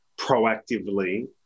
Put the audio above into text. proactively